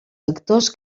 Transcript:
actors